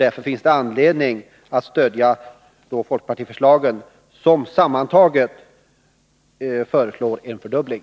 Därför finns det anledning att stödja folkpartiförslagen som sammantaget ger en fördubbling.